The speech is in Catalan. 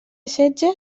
setge